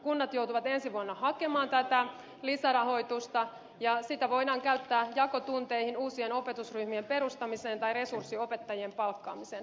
kunnat joutuvat ensi vuonna hakemaan tätä lisärahoitusta ja sitä voidaan käyttää jakotunteihin uusien opetusryhmien perustamiseen tai resurssiopettajien palkkaamiseen